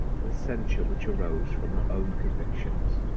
the censure which arose from her own convictions,